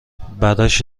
براش